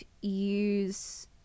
use